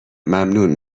ممنون